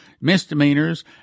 misdemeanors